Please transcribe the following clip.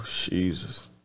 Jesus